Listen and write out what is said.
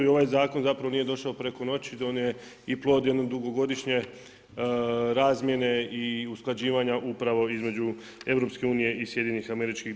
I ovaj zakon nije došao preko noći, on je i plod jedne dugogodišnje razmjene i usklađivanja upravo između EU i SAD-a.